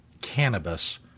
cannabis